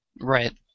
Right